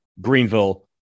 Greenville